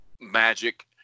magic